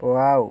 wow